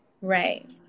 Right